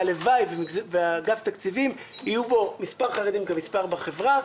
והלוואי ובאגף התקציבים יהיו בו מספר חרדים כמספרם בחברה,